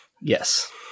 yes